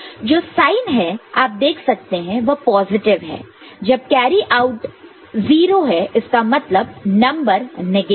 जो साइन है आप देख सकते हैं वह पॉजिटिव हैं जब कैरी आउट 0 है इसका मतलब नंबर नेगेटिव हैं